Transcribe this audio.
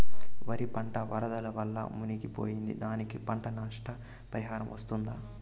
వరి పంట వరదల వల్ల మునిగి పోయింది, దానికి పంట నష్ట పరిహారం వస్తుందా?